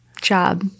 job